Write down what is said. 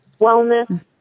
wellness